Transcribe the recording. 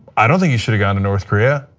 i don't think he should've gone to north korea,